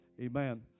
Amen